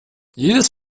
jedes